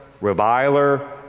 reviler